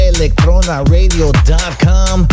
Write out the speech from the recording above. ElectronaRadio.com